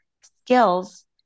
skills